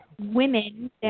women